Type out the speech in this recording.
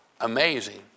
amazing